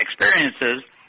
experiences